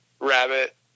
rabbit